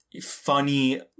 funny